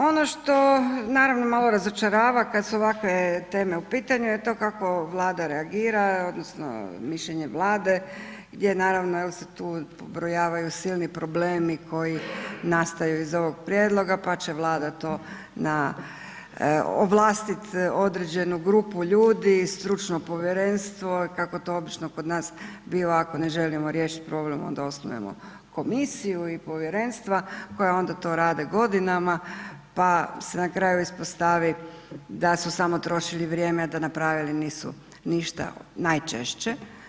Ono što naravno malo razočarava kad su ovakve teme u pitanju je to kako Vlada reagira odnosno mišljenje Vlade gdje naravno jel se tu pobrojavaju silni problemi koji nastaju iz ovog prijedloga pa će Vlada tona, ovlast određenu grupu ljudi, stručno povjerenstvo kako to obično kod nas biva, ako ne želimo riješit problem onda osnujemo komisiju i povjerenstva koja onda to rade godinama pa se na kraju ispostavi da su samo trošili vrijeme, a da napravili nisu ništa, najčešće.